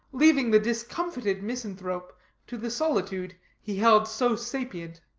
leaving the discomfited misanthrope to the solitude he held so sapient.